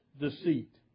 deceit